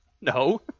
No